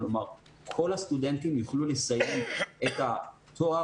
כלומר כל הסטודנטים יוכלו לסיים את התואר